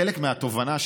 חלק מהתובנה,